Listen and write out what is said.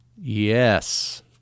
Yes